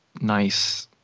nice